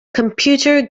computer